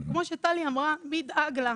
כמו שטלי אמרה, מי ידאג לה?